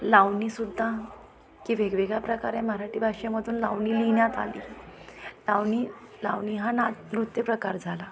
लावणीसुद्धा की वेगवेगळ्या प्रकारे मराठी भाषेमधून लावणी लिहिण्यात आली लावणी लावणी हा ना नृत्यप्रकार झाला